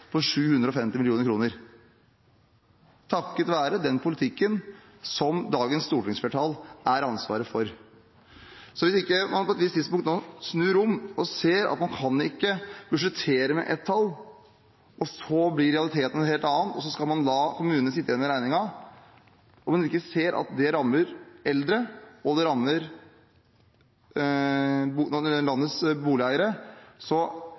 på 750 mill. kr – takket være den politikken som dagens stortingsflertall har ansvaret for. Hvis man ikke på et visst tidspunkt nå snur om og ser at man ikke kan budsjettere med ett tall og så blir realiteten en helt annen, og så skal man la kommunene sitte igjen med regningen, og om man ikke ser at det rammer eldre og